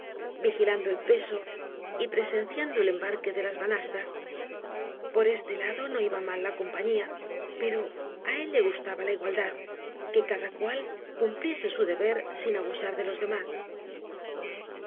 vigilando el peso y presenciando el embarque de las banastas por este lado no iba mal la compa fiía pero á él le gustaba la igualdad que cada cual cumpliese su deber sin abusar de los demás